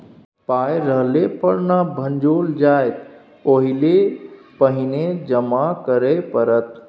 पाय रहले पर न भंजाओल जाएत ओहिलेल पहिने जमा करय पड़त